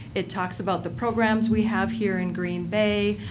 it talks about the programs we have here in green bay.